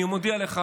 אני אומר לך,